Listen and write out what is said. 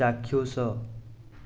ଚାକ୍ଷୁଷ